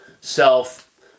self